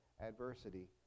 adversity